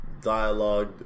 dialogue